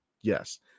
yes